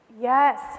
Yes